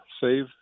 Save